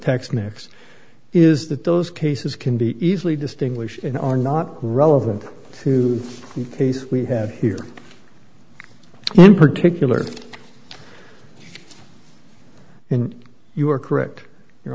tex mex is that those cases can be easily distinguished in are not relevant to the case we have here well in particular in you are correct you